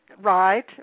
Right